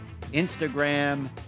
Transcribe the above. Instagram